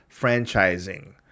franchising